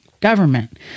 government